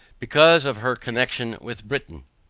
because of her connection with britain.